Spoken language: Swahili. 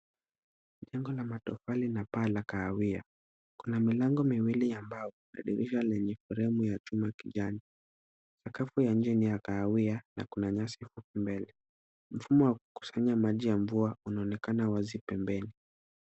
Jengo la matofali na paa la kahawia. Kuna milango miwili ya mbao na dirisha lenye fremu ya chuma kijani. Sakafu ya nje ni ya kahawia na kuna nyasi hapo mbele. Mfumo wa kukusanya maji ya mvua unaonekana wazi pembeni.